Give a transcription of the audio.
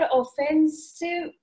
offensive